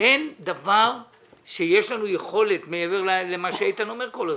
אין דבר שיש לנו יכולת מעבר למה שאיתן אומר כל הזמן,